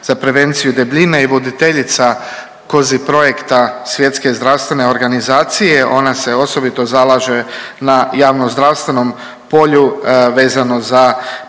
za prevenciju debljine i voditeljica COSI projekta SZO, ona se osobito zalaže na javnozdravstvenom polju vezano za prevenciju